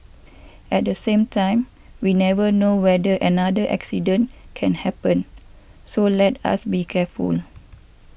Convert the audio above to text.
at the same time we never know whether another accident can happen so let us be careful